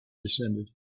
descended